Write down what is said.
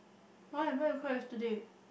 why why you cry yesterday